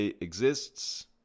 exists